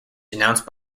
denounced